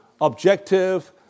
objective